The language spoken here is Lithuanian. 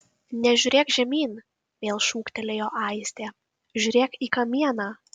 nežiūrėk žemyn vėl šūktelėjo aistė žiūrėk į kamieną